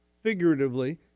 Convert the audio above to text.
figuratively